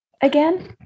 again